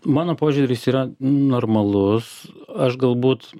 mano požiūris yra normalus aš galbūt